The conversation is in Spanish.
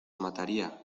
mataría